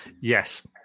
Yes